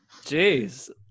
Jeez